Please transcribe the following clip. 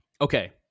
okay